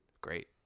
Great